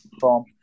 form